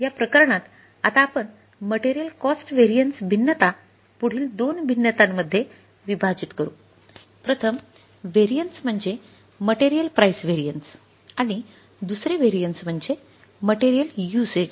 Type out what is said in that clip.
या प्रकरणात आता आपण मटेरियल कॉस्ट व्हेरिएन्स भिन्नता पुढील दोन भिन्नतांमध्ये विभाजित करू प्रथम व्हेरिएन्स म्हणजे मटेरियल प्राइस व्हेरिएन्स आणि दुसरे व्हेरिएन्स म्हणजे मटेरियल युसेज